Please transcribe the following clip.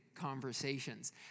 Conversations